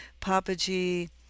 Papaji